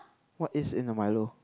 what is in the Milo